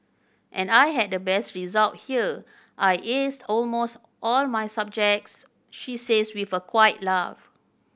and I had the best result here I aced almost all my subjects she says with a quiet laugh